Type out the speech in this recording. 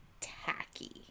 tacky